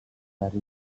dari